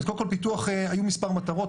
קודם כל היו מספר מטרות,